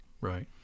Right